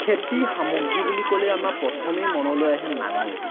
খেতি সামগ্ৰী বুলি ক'লে আমাৰ প্ৰথমেই মনলৈ আহে নাঙলটো